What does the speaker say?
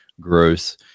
growth